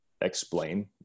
explain